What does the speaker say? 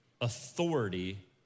authority